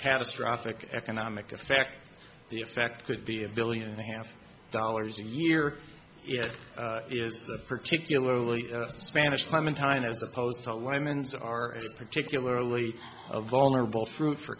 catastrophic economic effect the effect could be a billion and a half dollars a year if it is a particularly spanish clementine as opposed to a woman's are particularly vulnerable fruit for